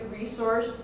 resource